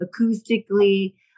acoustically